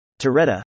Toretta